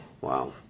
Wow